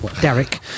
Derek